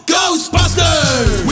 Ghostbusters